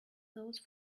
those